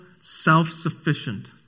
self-sufficient